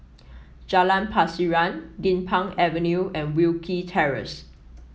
Jalan Pasiran Din Pang Avenue and Wilkie Terrace